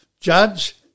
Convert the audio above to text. judge